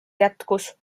jätkus